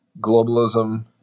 globalism